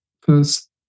first